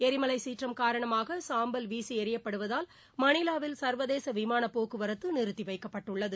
எரிமலை சீற்றம் காரணமாக சாம்பல் வீசி எறியப்படுவதாகல் மணிவாவில் சர்வதேச விமானப் போக்குவரத்து நிறுத்தி வைக்கப்பட்டுள்ளது